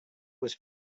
was